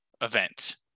event